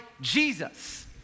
Jesus